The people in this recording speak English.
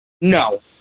No